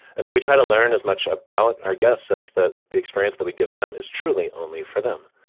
and so we try to learn as much about our guests, such that the experience that we give them is truly only for them.